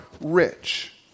rich